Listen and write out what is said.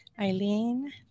Eileen